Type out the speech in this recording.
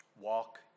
Walk